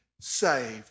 saved